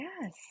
yes